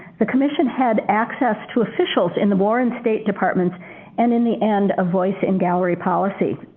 the commission had access to officials in the war and state departments and in the end, a voice in gallery policy.